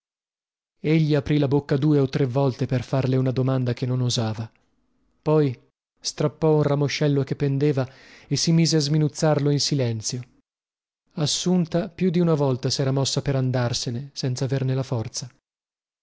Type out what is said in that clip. banco egli aprì la bocca due o tre volte per farle una domanda che non osava poi strappò un ramoscello che pendeva e si mise a sminuzzarlo in silenzio assunta più di una volta sera mossa per andarsene senza averne la forza